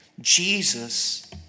Jesus